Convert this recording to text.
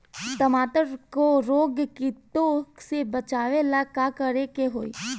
टमाटर को रोग कीटो से बचावेला का करेके होई?